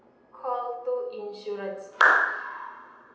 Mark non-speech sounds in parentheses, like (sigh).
call two insurance (noise)